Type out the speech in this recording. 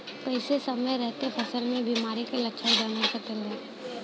कइसे समय रहते फसल में बिमारी के लक्षण जानल जा सकेला?